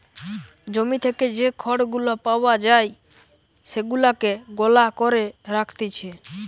জমি থেকে যে খড় গুলা পাওয়া যায় সেগুলাকে গলা করে রাখতিছে